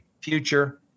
future